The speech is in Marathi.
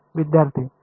विद्यार्थी आहे